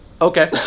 Okay